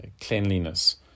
cleanliness